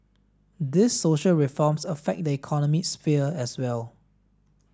these social reforms affect the economic sphere as well